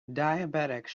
diabetics